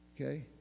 Okay